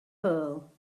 pearl